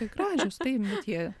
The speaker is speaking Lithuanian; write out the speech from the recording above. tai gražios taip bet jie